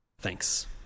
Thanks